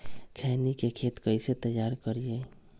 खैनी के खेत कइसे तैयार करिए?